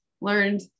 learned